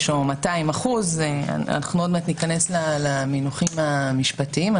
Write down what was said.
או 200%. עוד מעט ניכנס למונחים המשפטיים.